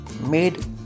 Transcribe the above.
made